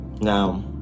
now